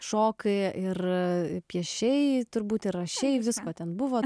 šokai ir piešėjai turbūt yra šiaip visko ten buvo